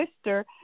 sister